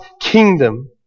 kingdom